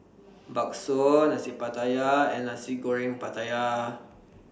Bakso Nasi Pattaya and Nasi Goreng Pattaya